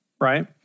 right